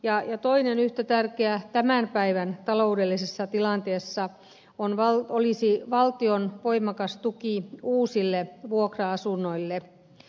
ja toinen yhtä tärkeä tämän päivän taloudellisessa tilanteessa olisi valtion voimakas tuki uusille vuokra asunnoille